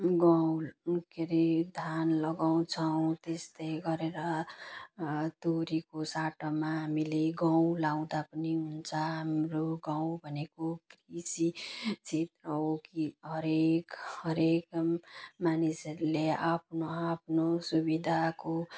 गहुँ के अरे धान लगाउँछौँ त्यस्तै गरेर तोरीको साटोमा हामीले गहुँ लगाउँदा पनि हुन्छ हाम्रो गाउँ भनेको कृषि क्षेत्र हो हरएक हरएक मानिसहरूले आफ्नो आफ्नो सुविधाको